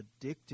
addictive